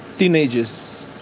teenagers.